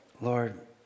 Lord